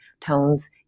tones